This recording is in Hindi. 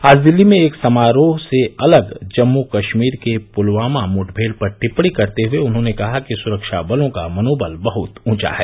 आज दिल्ली में एक समारोह से अलग जम्मू कश्मीर के पुलवामा मुठनेड़ पर टिप्पणी करते हुए उन्होंने कहा कि सुरक्षाबलों का मनोबल बहुत ऊंचा है